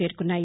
చేరుకున్నాయి